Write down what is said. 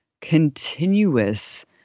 continuous